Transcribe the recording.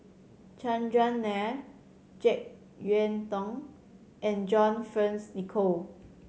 Chandran Nair Jek Yeun Thong and John Fearns Nicoll